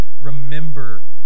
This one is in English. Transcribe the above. remember